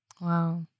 Wow